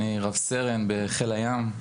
אני רב-סרן בחיל הים,